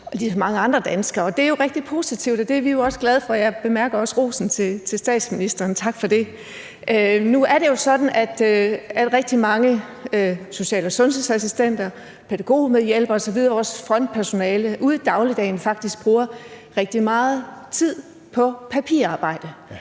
og de mange andre danskere. Det er jo rigtig positivt, og det er vi også glade for. Jeg bemærker også rosen til statsministeren – tak for det. Nu er det jo sådan, at rigtig mange social- og sundhedsassistenter, pædagogmedhjælpere osv., vores frontpersonale, ude i dagligdagen faktisk bruger rigtig meget tid på papirarbejde,